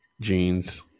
jeans